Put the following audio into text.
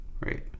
right